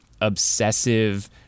obsessive